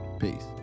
peace